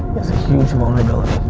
huge vulnerability.